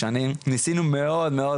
הייתי חבר מל"ג כמה שנים,